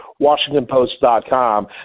WashingtonPost.com